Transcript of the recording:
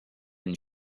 and